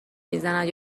میزند